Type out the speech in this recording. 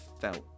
felt